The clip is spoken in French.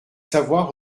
savoir